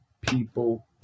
people